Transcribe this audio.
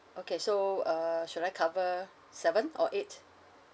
okay so uh should I cover seventh or eighth